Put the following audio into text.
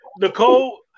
Nicole